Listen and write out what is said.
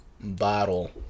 bottle